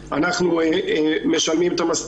אנחנו מנהלים את חשבונות הבנק,